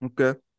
Okay